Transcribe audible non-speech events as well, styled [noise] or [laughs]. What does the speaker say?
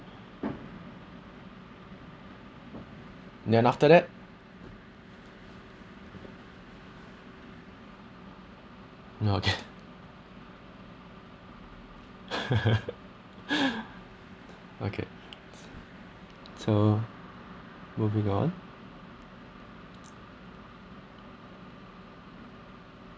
then after that oh okay [laughs] okay so moving on